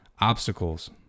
obstacles